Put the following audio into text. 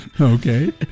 Okay